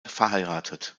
verheiratet